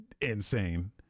insane